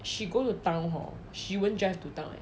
she go to town hor she won't drive to town eh